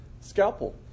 scalpel